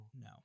No